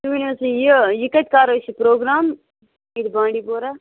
تُہۍ ؤنِو حظ یہِ یہِ کَتہِ کَر حظ چھِ پروگرام ییٚتہِ بانٛڈی پورہ